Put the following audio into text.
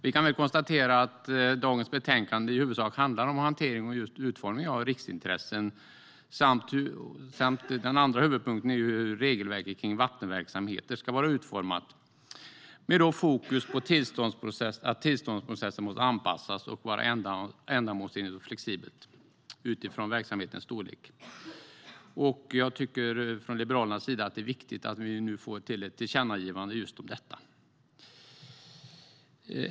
Vi kan väl konstatera att detta betänkande i huvudsak handlar om hantering och just utformning av riksintressen. Den andra huvudpunkten är hur regelverket kring vattenverksamheter ska vara utformat med fokus på att tillståndsprocessen måste anpassas och vara ändamålsenlig och flexibel utifrån verksamhetens storlek. Från Liberalernas sida tycker vi att det är viktigt att vi nu får ett tillkännagivande just om detta.